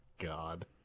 god